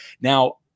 Now